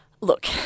Look